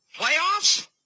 playoffs